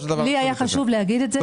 לי היה חשוב להגיד את זה.